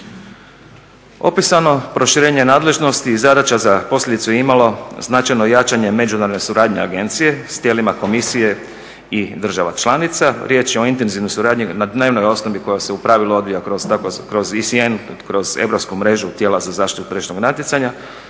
Opisano proširenje nadležnosti i zadaća za posljedicu je imalo značajno jačanje međunarodne suradnje agencije s tijelima komisije i država članica. Riječ je o intenzivnoj suradnji na dnevnoj osnovi koja se u pravilu odvija kroz ISN kroz europsku mrežu tijela za zaštitu tržišnog natjecanja